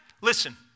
Listen